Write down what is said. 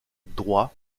droit